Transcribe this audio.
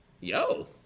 yo